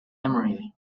emery